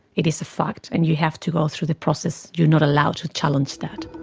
it is a fact and you have to go through the process, you're not allowed to challenge that.